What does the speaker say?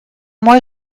moi